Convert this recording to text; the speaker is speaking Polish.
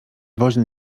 woźny